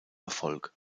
erfolg